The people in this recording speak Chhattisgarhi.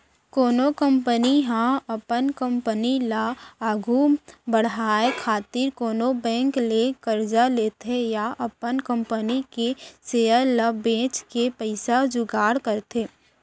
कोनो कंपनी ह अपन कंपनी ल आघु बड़हाय खातिर कोनो बेंक ले करजा लेथे या अपन कंपनी के सेयर ल बेंच के पइसा जुगाड़ करथे